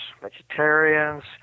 vegetarians